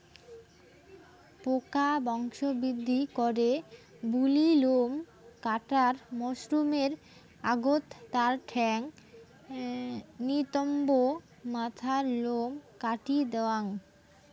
পোকা বংশবৃদ্ধি করে বুলি লোম কাটার মরসুমের আগত তার ঠ্যাঙ, নিতম্ব, মাথার লোম কাটি দ্যাওয়াং